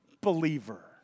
believer